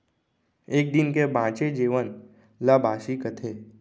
एक दिन के बांचे जेवन ल बासी कथें